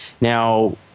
now